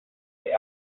the